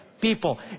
people